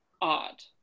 odd